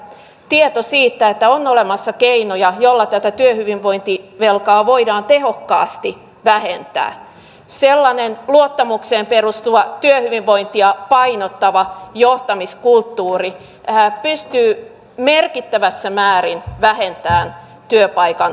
tieto siitä että on olemassa keinoja jolla tätä työhyvinvointi velkaa voidaan tehokkaasti vähentää sellainen luottamukseen perustuva työhyvinvointia painottava johtamiskulttuuri hän pystyi merkittävässä määrin vähentämään työpaikan